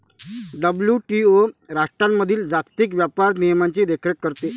WTO राष्ट्रांमधील जागतिक व्यापार नियमांची देखरेख करते